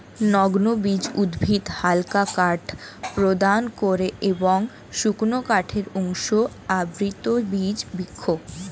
নগ্নবীজ উদ্ভিদ হালকা কাঠ প্রদান করে এবং শক্ত কাঠের উৎস আবৃতবীজ বৃক্ষ